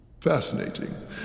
Fascinating